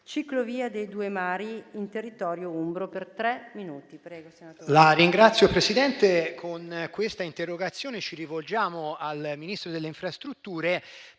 Signor Presidente, con questa interrogazione ci rivolgiamo al Ministro delle infrastrutture